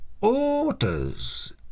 orders